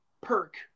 perk